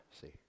see